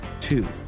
Two